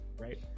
right